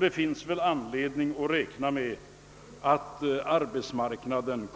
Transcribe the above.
Det finns väl anledning att räkna med att arbetsmarknaden